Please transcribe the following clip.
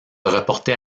reporter